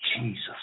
Jesus